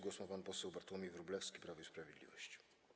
Głos ma pan poseł Bartłomiej Wróblewski, Prawo i Sprawiedliwość.